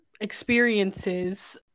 experiences